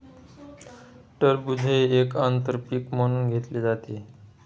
टरबूज हे एक आंतर पीक म्हणून घेतले जाते